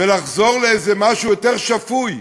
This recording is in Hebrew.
ולחזור לאיזה משהו יותר שפוי.